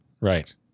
right